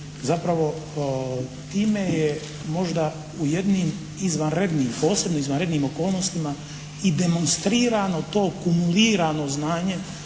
Zapravo time je možda u jednim izvanrednim, posebno izvanrednim okolnostima i demonstrirano to kumulirano znanje